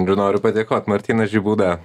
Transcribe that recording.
ir noriu padėkot martynas žibūda